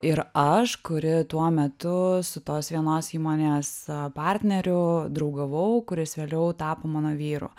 ir aš kuri tuo metu su tos vienos įmonės partneriu draugavau kuris vėliau tapo mano vyru